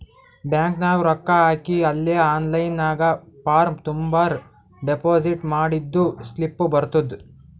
bank ನಾಗ್ ರೊಕ್ಕಾ ಹಾಕಿ ಅಲೇ ಆನ್ಲೈನ್ ನಾಗ್ ಫಾರ್ಮ್ ತುಂಬುರ್ ಡೆಪೋಸಿಟ್ ಮಾಡಿದ್ದು ಸ್ಲಿಪ್ನೂ ಬರ್ತುದ್